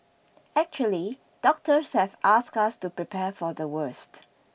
actually doctors have asked us to prepare for the worst